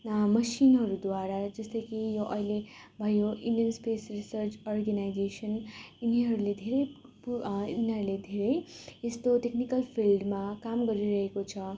मसिनहरूद्वारा जस्तै कि यो अहिले भयो इन्डियन स्पेस रिसर्च अर्गनाइजेसन यिनीहरूले धेरै पु यिनीहरूले धेरै यस्तो टेक्निकल फिल्डमा काम गरिरहेको छ